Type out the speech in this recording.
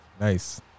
Nice